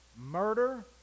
murder